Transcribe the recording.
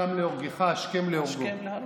הקם להורגך, השכם להורגו.